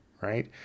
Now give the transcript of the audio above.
right